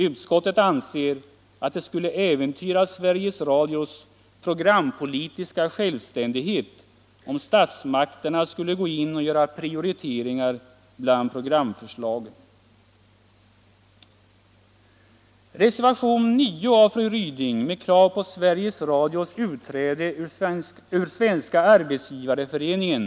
Utskottet anser att det skulle äventyra Sveriges Radios programpolitiska självständighet om statsmakterna skulle gå in och göra prioriteringar bland programförslagen. Reservationen 9 av fru Ryding kräver Sveriges Radios utträde ur Svenska arbetsgivareföreningen.